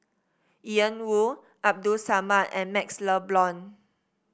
Ian Woo Abdul Samad and MaxLe Blond